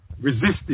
resisted